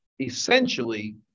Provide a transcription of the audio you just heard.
essentially